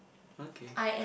okay